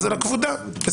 על הכבודה אני מדבר.